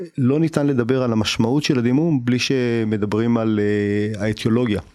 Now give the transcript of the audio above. לא ניתן לדבר על המשמעות של הדימום בלי שמדברים על האטיאולוגיה.